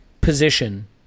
position